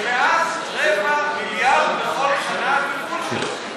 ומאז רבע מיליארד בכל שנה על הטיפול שלו.